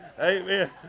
Amen